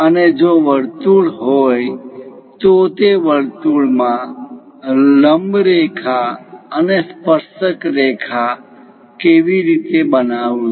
અને જો વર્તુળ હોય તો તે વર્તુળ માં લંબ રેખા અને સ્પર્શક રેખા ટેન્જેન્ટ લાઇન tangent lines કેવી રીતે બનાવવી